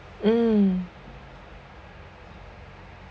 mm